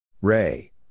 Ray